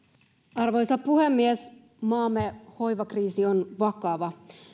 arvoisa puhemies maamme hoivakriisi on vakava